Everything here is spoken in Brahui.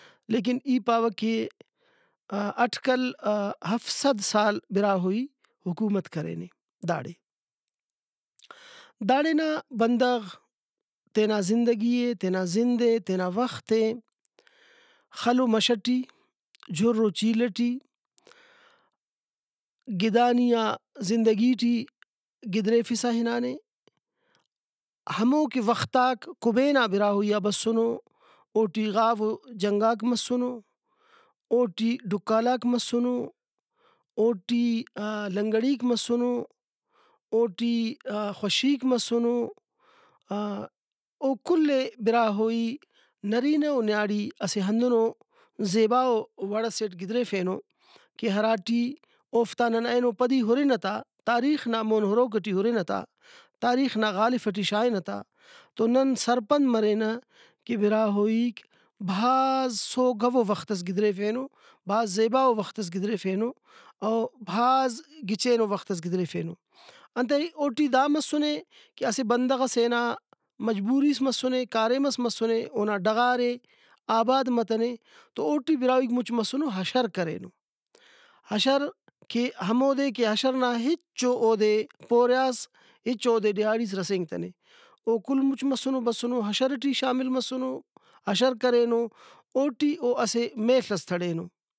لیکن ای پاوہ کہ اٹکل ہفت صد سال براہوئی حکومت کرینے داڑے داڑے نا بندغ تینا زندگی ئے تینا زندے تینا وختے خل ؤ مش ٹی جُھر ؤ چیل ٹی گِدانیئا زندگی ٹی گدریفسا ہنانے ہموکہ وختاک کُبینا براہوئی آ بسنو اوٹی غاو ؤ جنگاک مسُنو اوٹی ڈُکالاک مسُنو اوٹی لنگڑیک مسُنو اوٹی خوشیک مسنو ءَ او کُلے براہوئی نرینہ ؤ نیاڑی اسہ ہندنو زیباؤ وڑسیٹ گدریفینو کہ ہراٹی اوفتا نن اینو پدی ہُرنہ تا تاریخ نا مون ہُروک ٹی ہُرنہ تا تاریخ نا غالف ٹی شاغنہ تا تو نن سرپند مرینہ کہ براہوئیک بھاز سوگو وختس گدریفینو بھاز زیباؤ وختس گدریفینو او بھاز گچینو وختس گدریفینو انتئے اوٹی دا مسُنے کہ اسہ بندغسے نا مجبوریس مسُنے کاریمس مسُنے اونا ڈغارے آباد متنے تو اوٹی براہوئیک مُچ مسنو اشر کرینو اشر کہ ہمودے کہ اشر نا ہچو اودے پوریاس ہچ اودے ڈیھاڑیس رسینگتنے او کُل مُچ مسنو اشر ٹی شامل مسنو اشر کرینو اوٹی او اسہ میل ئس تھڑینو